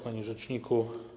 Panie Rzeczniku!